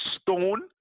stone